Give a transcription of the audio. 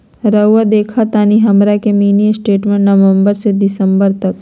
रहुआ देखतानी हमरा के मिनी स्टेटमेंट नवंबर से दिसंबर तक?